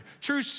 True